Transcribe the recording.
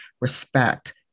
respect